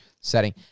setting